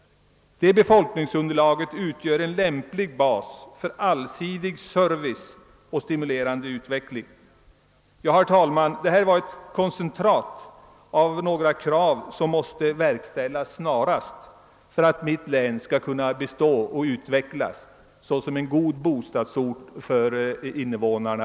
Det befolkningsunderlaget utgör en lämplig bas för allsidig service och stimulerande utveckling. Herr talman! Det här var ett koncentrat av några krav som måste uppfyllas snarast, om mitt hemlän skall kunna bestå och utvecklas till en god vistelseort för invånarna.